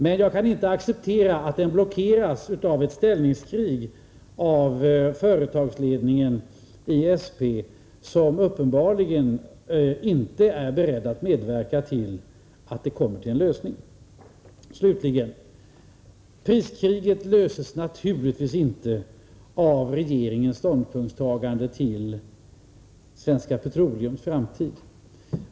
Men jag kan inte acceptera att den blockeras genom ett ställningskrig av företagsledningen i SP, som uppenbarligen inte är beredd att medverka till en lösning. Slutligen, herr talman! Priskriget avbryts naturligtvis inte av regeringens ståndpunktstagande till Svenska Petroleums framtid.